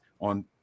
on